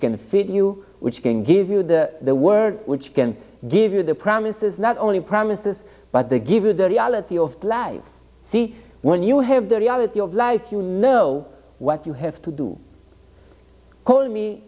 can feed you which can give you the the word which can give you the promises not only promises but they give you the reality of life see when you have the reality of life you know what you have to do call